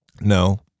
No